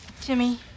Jimmy